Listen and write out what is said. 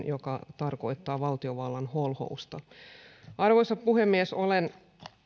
joka tarkoittaa valtiovallan holhousta arvoisa puhemies olen